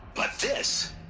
but this?